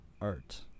Art